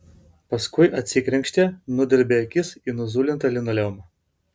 paskui atsikrenkštė nudelbė akis į nuzulintą linoleumą